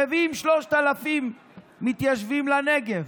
מביאים 3,000 מתיישבים לנגב,